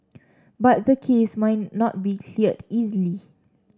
but the case might not be cleared easily